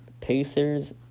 Pacers